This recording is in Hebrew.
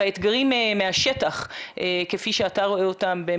והאתגרים מהשטח כפי שאתה רואה אותם אל